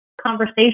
conversation